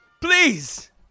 Please